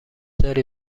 داری